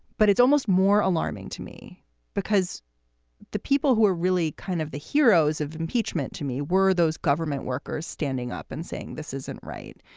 but it's almost more alarming to me because the people who are really kind of the heroes of impeachment to me were those government workers standing up and saying, this isn't right.